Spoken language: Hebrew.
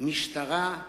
משטרה,